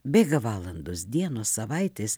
bėga valandos dienos savaitės